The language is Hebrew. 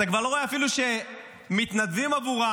אתה כבר לא רואה שמתנדבים עבורם,